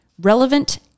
relevant